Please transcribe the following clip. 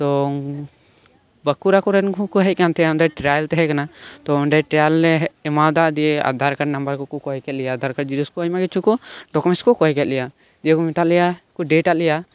ᱛᱚ ᱵᱟᱸᱠᱩᱲᱟ ᱠᱚᱨᱮᱱ ᱠᱚᱦᱚᱸ ᱠᱚ ᱦᱮᱡ ᱟᱠᱟᱱ ᱛᱟᱦᱮᱱ ᱚᱸᱰᱮ ᱴᱨᱟᱭᱮᱞ ᱛᱟᱦᱮᱸ ᱠᱟᱱᱟ ᱛᱚ ᱚᱸᱰᱮ ᱴᱨᱟᱭᱮᱞ ᱞᱮ ᱮᱢᱟᱣᱟᱫᱟ ᱫᱤᱭᱮ ᱟᱫᱷᱟᱨ ᱠᱟᱨᱰ ᱱᱟᱢᱵᱟᱨ ᱠᱚ ᱠᱚ ᱠᱚᱭ ᱠᱮᱫ ᱞᱮᱭᱟ ᱟᱫᱷᱟᱨ ᱠᱟᱨᱰ ᱡᱮᱨᱚᱠᱥ ᱠᱚ ᱟᱭᱢᱟ ᱠᱤᱪᱷᱩ ᱠᱚ ᱰᱚᱠᱳᱢᱮᱸᱴᱥ ᱠᱚ ᱠᱚᱭ ᱠᱮᱫ ᱞᱮᱭᱟ ᱫᱤᱭᱮ ᱠᱚ ᱢᱮᱛᱟᱫ ᱞᱮᱭᱟ ᱰᱮᱴ ᱟᱜ ᱞᱮᱭᱟ